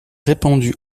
répandue